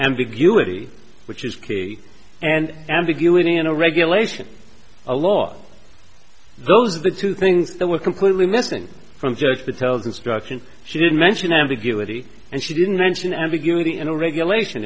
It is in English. ambiguity which is key and ambiguity in a regulation a law those are the two things that were completely missing from judge patel's instruction she didn't mention ambiguity and she didn't mention ambiguity in a regulation